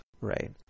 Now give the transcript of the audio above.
Right